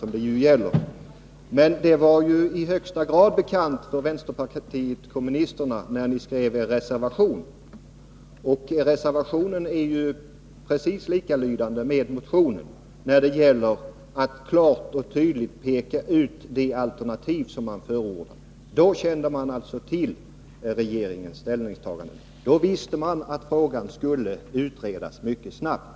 Men detta var i högsta grad bekant för vänsterpartiet kommunisterna när ni skrev er reservation, som är helt överensstämmande med motionen när det gäller att klart och tydligt peka ut det alternativ som ni förordar. Då kände ni alltså till regeringens ställningstagande och visste att frågan skulle utredas mycket snabbt.